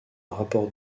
rapport